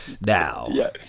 now